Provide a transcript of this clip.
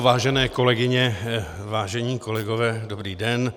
Vážené kolegyně, vážení kolegové, dobrý den.